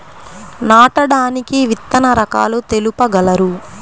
నాటడానికి విత్తన రకాలు తెలుపగలరు?